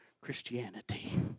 Christianity